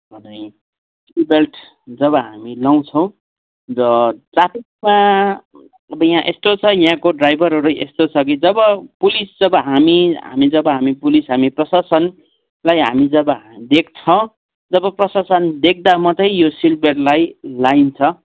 अनि seat belt जब हामी लाउँछौँ र ट्राफिकमा अब यहाँ यस्तो छ यहाँको ड्राइभरहरू यस्तो छ कि जब पुलिस जब हामी हामी जब हामी पुलिस हामी प्रशासनलाई हामी जब देख्छौँ जब प्रशासन देख्दा मात्रै यो सिट बेल्टलाई लाइन्छ